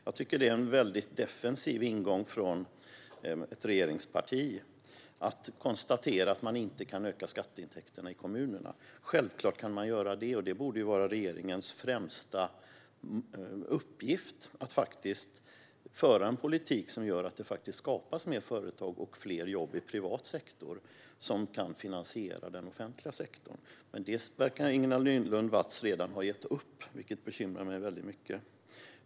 Jag tycker att det är en defensiv ingång från ett regeringsparti att konstatera att man inte kan öka skatteintäkterna i kommunerna. Självklart kan man göra det. Det borde vara regeringens främsta uppgift att föra en politik som gör att det skapas fler företag och fler jobb i privat sektor som kan finansiera den offentliga sektorn. Men detta verkar Ingela Nylund Watz redan ha gett upp, vilket bekymrar mig mycket.